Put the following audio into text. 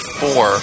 four